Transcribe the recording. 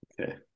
Okay